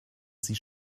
sie